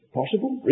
possible